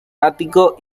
ático